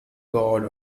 god